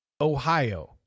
Ohio